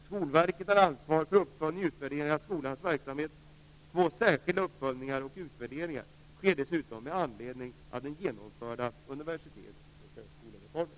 Skolverket har ansvar för uppföljning och utvärdering av skolans verksamhet. Två särskilda uppföljningar och utvärderingar sker dessutom med anledning av den genomförda universitets och högskolereformen.